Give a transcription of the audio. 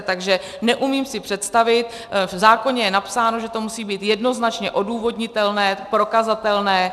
Takže neumím si představit, v zákoně je napsáno, že to musí být jednoznačně odůvodnitelné, prokazatelné.